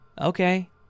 Okay